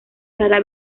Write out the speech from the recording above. rara